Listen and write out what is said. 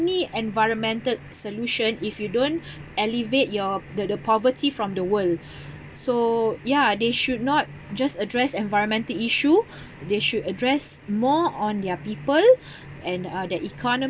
environmental solution if you don't elevate your the the poverty from the world so yeah they should not just address environmental issue they should address more on their people and the uh their economy